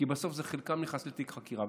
כי בסוף חלקם נכנס לתיק חקירה.